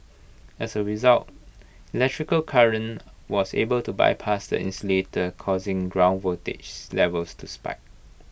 as A result electrical current was able to bypass the insulator causing ground voltage levels to spike